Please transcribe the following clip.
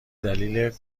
دلیل